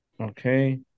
okay